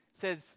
says